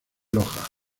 loja